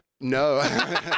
No